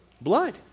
blood